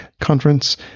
conference